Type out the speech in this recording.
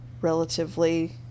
relatively